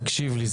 תקשיב לי,